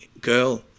girl